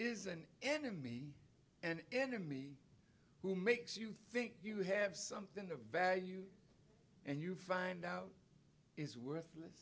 is an enemy an enemy who makes you think you have something of value and you find out is worthless